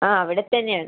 ആ അവിടെ തന്നെ ആണ്